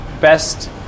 best